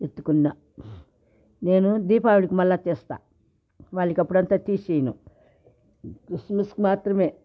ఎత్తుకున్న నేను దీపావళికి మళ్ళా తీస్తాను వాళ్ళకి అప్పుడు అంత తీయను క్రిస్మస్కి మాత్రమే